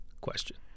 question